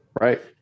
Right